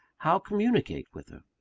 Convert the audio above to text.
how communicate with her?